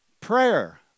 Prayer